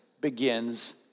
begins